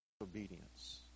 Obedience